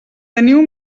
teniu